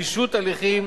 פישוט הליכים,